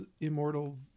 immortal